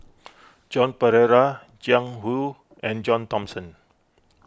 Joan Pereira Jiang Hu and John Thomson